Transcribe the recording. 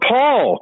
Paul